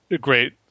great